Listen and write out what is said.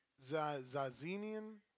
Zazinian